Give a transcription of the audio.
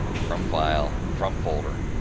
from file, from folder,